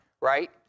right